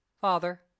Father